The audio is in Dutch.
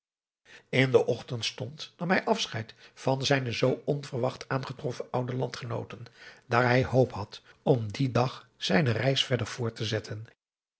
in den ochtendstond nam hij afscheid van zijne zoo onverwacht aangetroffen oude landgenooten daar hij hoop had om dien dag zijne reis verder voort te zetten